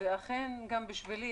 ואכן גם בשבילי,